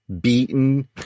beaten